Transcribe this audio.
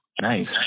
Nice